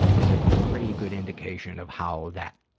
is a pretty good indication of how that,